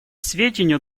сведению